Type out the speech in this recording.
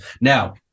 Now